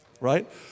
right